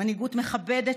מנהיגות מכבדת,